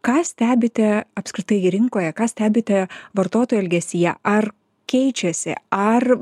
ką stebite apskritai rinkoje ką stebite vartotojų elgesyje ar keičiasi ar